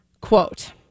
Quote